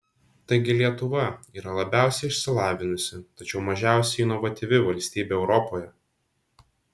taigi lietuva yra labiausiai išsilavinusi tačiau mažiausiai inovatyvi valstybė europoje